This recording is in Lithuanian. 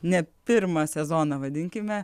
ne pirmą sezoną vadinkime